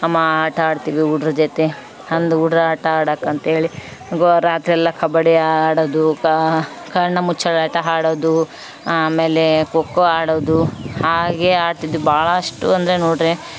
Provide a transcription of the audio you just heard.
ಅಮ್ಮ ಆಟ ಆಡ್ತೀವಿ ಹುಡ್ರು ಜೊತೆ ಅಂದು ಹುಡ್ರ್ ಆಟ ಆಡೋಕಂತೇಳಿ ಗೋ ರಾತ್ರಿಯಲ್ಲ ಕಬ್ಬಡಿ ಆಡೋದು ಕಣ್ಣ ಮುಚ್ಚಾಲೆ ಆಟ ಹಾಡೋದು ಆಮೇಲೆ ಖೋಖೋ ಆಡೊದು ಹಾಗೆ ಆಡ್ತಿದ್ವಿ ಬಾಳ ಅಷ್ಟು ಅಂದ್ರೆ ನೋಡ್ರಿ